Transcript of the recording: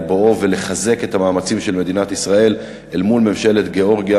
בואו ולחזק את המאמצים של מדינת ישראל אל מול ממשלת גאורגיה,